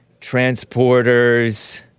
transporters